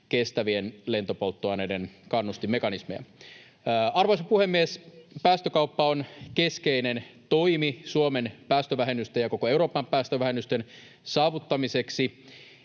kestävien lentopolttoaineiden kannustinmekanismeja. Arvoisa puhemies! Päästökauppa on keskeinen toimi Suomen päästövähennysten ja koko Euroopan päästövähennysten saavuttamiseksi.